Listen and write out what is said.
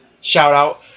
shout-out